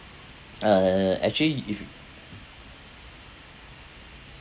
uh actually you if you